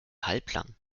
halblang